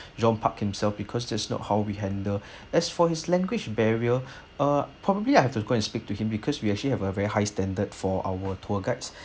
john park himself because that's not how we handle as for his language barrier uh probably I have to go and speak to him because we actually have a very high standard for our tour guides